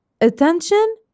attention